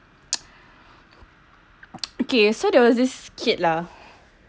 okay so there was this kid lah